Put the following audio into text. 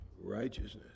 righteousness